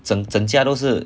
整整家都是